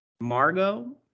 Margot